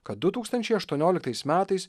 kad du tūkstančiai aštuonioliktais metais